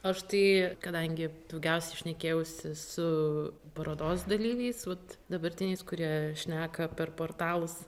aš tai kadangi daugiausiai šnekėjausi su parodos dalyviais vat dabartiniais kurie šneka per portalus